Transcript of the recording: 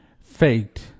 faked